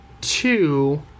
two